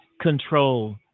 control